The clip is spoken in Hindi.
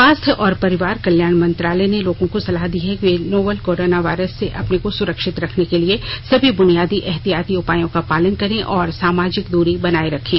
स्वास्थ्य और परिवार कल्याण मंत्रालय ने लोगों को सलाह दी है कि वे नोवल कोरोना वायरस से अपने को सुरक्षित रखने के लिए सभी बुनियादी एहतियाती उपायों का पालन करें और सामाजिक दूरी बनाए रखें